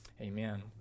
Amen